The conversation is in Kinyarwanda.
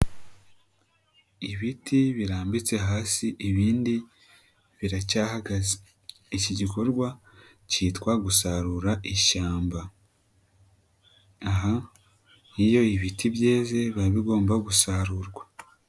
Ibiti birambitse hasi ibindi biracyahagaze, iki gikorwa kitwa gusarura ishyamba, aha iyo ibiti byeze biba bigomba gusarurwa.